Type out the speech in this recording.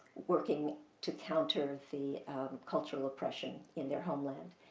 working to counter the cultural oppression in their homeland.